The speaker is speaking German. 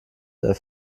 der